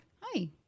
Hi